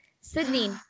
Sydney